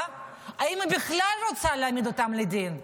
האם היא בכלל רוצה להעמיד אותם לדין?